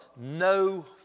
no